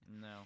No